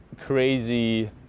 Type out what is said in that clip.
crazy